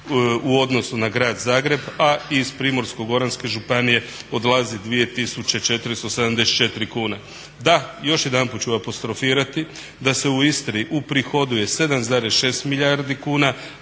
u odnosu na Grad Zagreb, a iz Primorsko-goranske županije odlazi 2474 kune. Da, još jedanput ću apostrofirati da se u Istri uprihoduje 7,6 milijardi kuna,